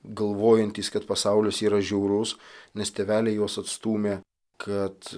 galvojantys kad pasaulis yra žiaurus nes tėveliai juos atstūmė kad